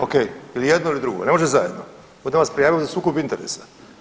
Ok, ili jedno ili drugo, ne može zajedno, budem vas prijavo za sukob interesa.